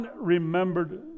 remembered